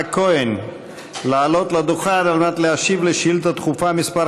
כהן לעלות לדוכן ולהשיב על שאילתה דחופה מס'